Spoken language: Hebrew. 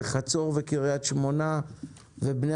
ובני חצור וקריית שמונה ובני